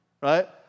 right